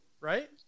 right